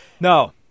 No